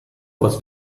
was